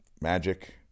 magic